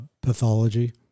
pathology